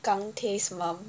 gang tae's mum